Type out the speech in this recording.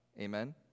Amen